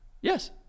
Yes